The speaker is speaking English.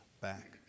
back